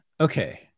Okay